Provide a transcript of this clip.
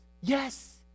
Yes